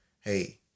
hey